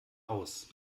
aus